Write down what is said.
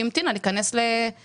כי היא המתינה להיכנס למוסד.